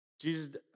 Jesus